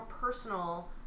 personal